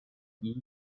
keys